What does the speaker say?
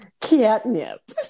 Catnip